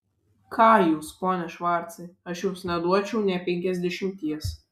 ką jūs pone švarcai aš jums neduočiau nė penkiasdešimties